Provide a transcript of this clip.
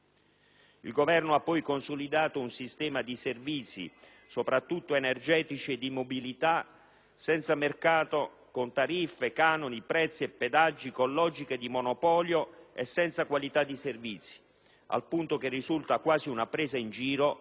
Il Governo ha poi consolidato un sistema di servizi, soprattutto energetici e di mobilità, senza mercato, con tariffe, canoni, prezzi e pedaggi, con logiche di monopolio e senza qualità dei servizi, al punto che risulta quasi una presa in giro